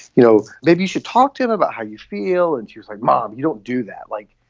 you know, maybe you should talk to him about how you feel. and you're like, mom, you don't do that. like,